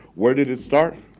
where did it start?